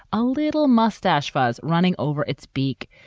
a little mustache, fuzz running over its beak.